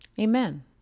Amen